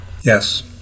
Yes